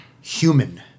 human